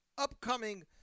upcoming